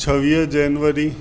छवीह जनवरी